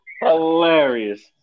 Hilarious